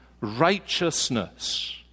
righteousness